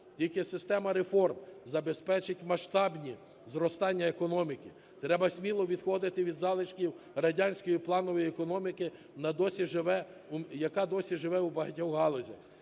Тільки система реформ забезпечить масштабне зростання економіки, треба сміло відходити від залишків радянської планової економіки, яка досі живе у багатьох галузях.